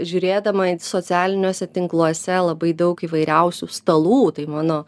žiūrėdama į socialiniuose tinkluose labai daug įvairiausių stalų tai mano